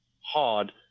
hard